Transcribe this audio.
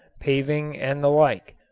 paving and the like.